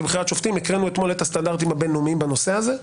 והקראנו אתמול את הסטנדרטים הבינלאומיים בנושא הזה.